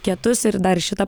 kietus ir dar šį tą